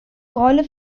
rolle